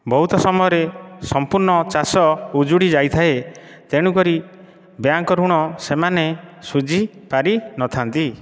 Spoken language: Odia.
ବହୁତ ସମୟରେ ସମ୍ପୂର୍ଣ୍ଣ ଚାଷ ଉଜୁଡ଼ି ଯାଇଥାଏ ତେଣୁ କରି ବ୍ୟାଙ୍କ ଋଣ ସେମାନେ ଶୁଝି ପାରି ନଥାନ୍ତି